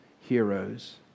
heroes